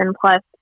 plus